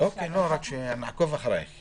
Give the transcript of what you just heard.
--- רק שנעקוב אחריך.